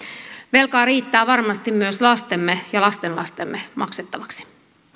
velkaa riittää varmasti myös lastemme ja lastenlastemme maksettavaksi